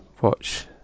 watch